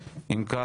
אין.